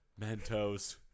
Mentos